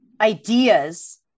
ideas